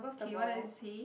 okay what does it say